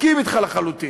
מסכים אתך לחלוטין.